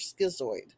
schizoid